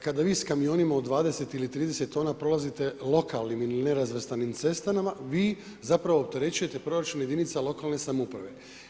Kada vi s kamionima od 20 ili 30 tona prolazite lokalnim ili nerazvrstanim cestama, vi zapravo opterećujete proračun jedinice lokalne samouprave.